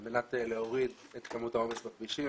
על מנת להוריד את כמות העומס בכבישים